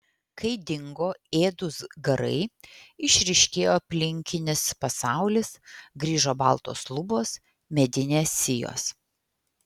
kai dingo ėdūs garai išryškėjo aplinkinis pasaulis grįžo baltos lubos medinės sijos